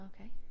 okay